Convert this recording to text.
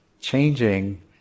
changing